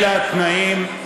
אלה התנאים,